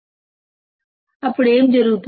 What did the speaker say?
001 అనుకుందాం అప్పుడు ఏమి జరుగుతుంది